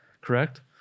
Correct